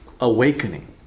awakening